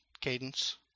Cadence